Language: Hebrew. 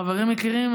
חברים יקרים,